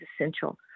essential